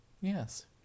Yes